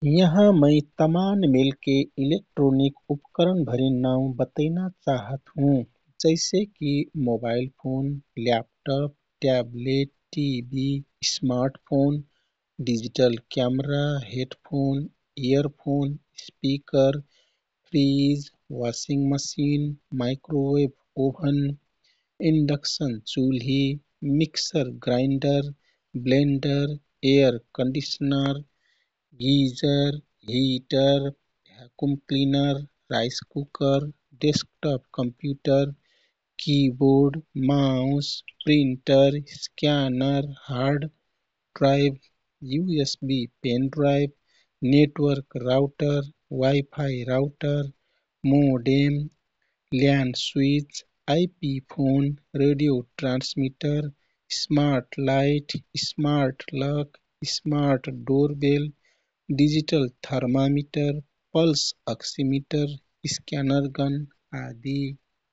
यहाँ मै तमान मेलके इलेक्ट्रोनिक उपकरण भरिन नाउ बतैना चाहत हुँ। जैसेकि, mobile phone, laptop, tablet, TV, smartphone, digital camera, headphone, earphone, speaker, fridge, washing machine, microwave oven, induction चुल्ही, mixer grinder, blender, air conditioner, geyser, heater, vacuum cleaner, rice cooker, desktop computer, keyboard, mouse, printer, scanner, hard drive, USB. Pen drive, network router, wifi router, modem, LAN switch, IP phone, radio transmitter, smart light, smart lock, smart doorbell, digital thermometer, pulse oximeter, scanner gun आदि।